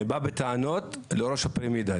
אלא לראש הפירמידה,